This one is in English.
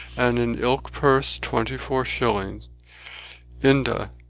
and in ilk purse twentie four schelling inde,